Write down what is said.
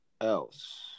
else